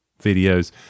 videos